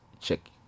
check